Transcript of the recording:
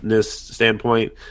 standpoint